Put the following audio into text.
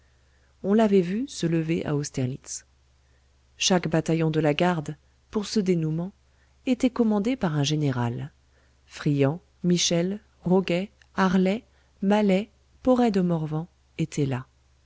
on l'avait vu se lever à austerlitz chaque bataillon de la garde pour ce dénouement était commandé par un général friant michel roguet harlet mallet poret de morvan étaient là